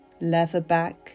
Leatherback